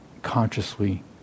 Consciously